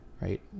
right